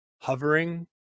hovering